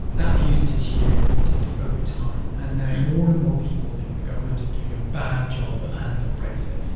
that view's deteriorated over time, and now more and more people think the government is doing a bad job of handling brexit.